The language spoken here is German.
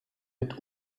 mit